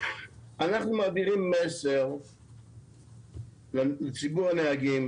אנחנו מעבירים מסר לציבור הנהגים